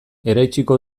eraitsiko